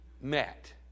met